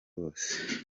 bose